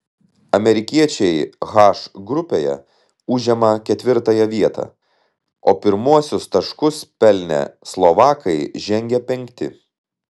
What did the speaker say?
amerikiečiai h grupėje užima ketvirtąją vietą o pirmuosius taškus pelnę slovakai žengia penkti